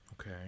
Okay